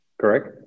correct